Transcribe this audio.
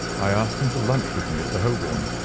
i asked him to lunch with me at the holborn,